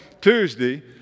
Tuesday